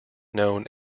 known